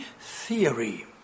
theory